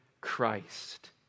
Christ